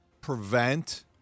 prevent